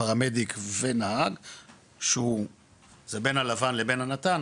פרמדיק ונהג שזה בין הלבן לבין הנט"ן,